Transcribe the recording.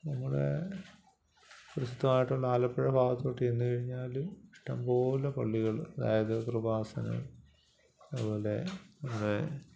നമ്മുടെ പ്രസിദ്ധമായിട്ടുള്ള ആലപ്പുഴ ഭാഗത്തോട്ട് ചെന്നു കഴിഞ്ഞാൽ ഇഷ്ടം പോലെ പള്ളികൾ അതായത് കൃപാസനം അതുപോലെ നമ്മുടെ